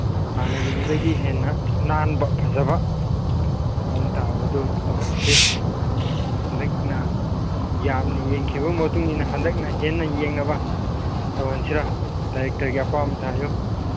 ꯍꯥꯟꯅꯒꯤꯗꯨꯗꯒꯤ ꯍꯦꯟꯅ ꯅꯥꯟꯕ ꯐꯖꯕ ꯃꯑꯣꯡ ꯇꯥꯕꯗꯨ ꯇꯧꯍꯟꯁꯤ ꯍꯟꯗꯛꯅ ꯌꯥꯝꯅ ꯌꯦꯡꯈꯤꯕ ꯃꯇꯨꯡꯏꯟꯅ ꯍꯟꯗꯛꯅ ꯍꯦꯟꯅ ꯌꯦꯡꯉꯕ ꯇꯧꯍꯟꯁꯤꯔ ꯗꯥꯏꯔꯦꯛꯇꯔꯒꯤ ꯑꯄꯥꯝꯕꯗꯨ ꯍꯥꯏꯌꯨ